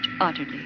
utterly